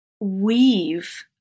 weave